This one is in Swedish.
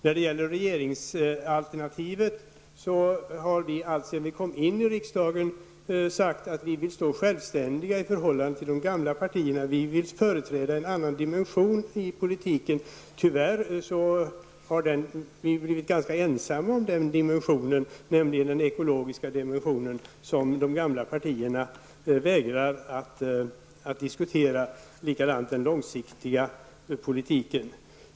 När det gäller regeringsalternativet har vi alltsedan vi kom in i riksdagen sagt att vi står självständiga i förhållande till de gamla partierna. Vi vill företräda en annan dimension i politiken. Tyvärr har vi blivit ganska ensamma om den dimensionen, nämligen den ekologiska dimensionen. De gamla partierna vägrar att diskutera den. Det är likadant när det gäller den långsiktiga politiken.